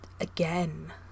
again